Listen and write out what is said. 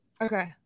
Okay